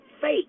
fake